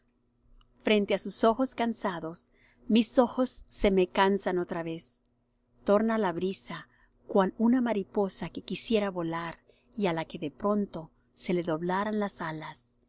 frente á sus ojos cansados mis ojos se me cansan otra vez torna la brisa cual una mariposa que quisiera volar y á la que de pronto se le doblaran las alas